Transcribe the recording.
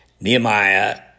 Nehemiah